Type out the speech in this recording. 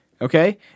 Okay